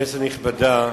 כנסת נכבדה,